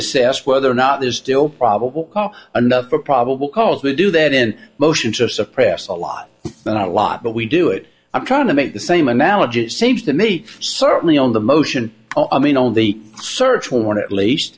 assess whether or not there's still probable enough for probable cause to do that in motion to suppress a lot not a lot but we do it i'm trying to make the same analogy it seems to me certainly on the motion i mean on the search will want to at least